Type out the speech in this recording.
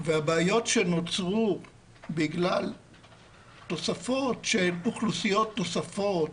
והבעיות שנוצרו בגלל תוספות של אוכלוסיות נוספות